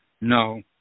no